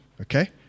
okay